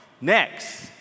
Next